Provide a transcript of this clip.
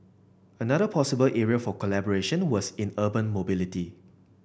another possible area for collaboration was in urban mobility